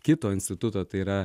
kito instituto tai yra